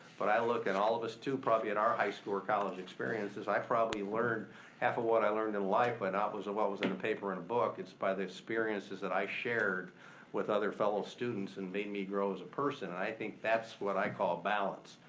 but i look at all of us too, probably at our high school or college experiences. i probably learned half of what i learned in life by not what was in a paper and book, it's by the experiences that i shared with other fellow students and made me grow as a person. and i think that's what i call balance.